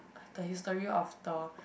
the history of the